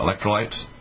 electrolytes